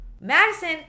Madison